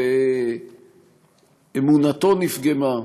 ואמונתו נפגמה,